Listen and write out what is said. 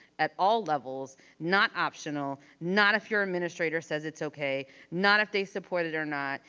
at all levels. not optional, not if your administrator says it's okay. not if they support it or not.